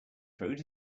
fruit